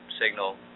signal